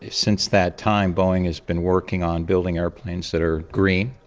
since that time, boeing has been working on building aeroplanes that are green,